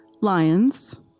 lions